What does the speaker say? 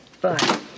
Bye